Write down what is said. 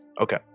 Okay